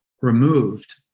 removed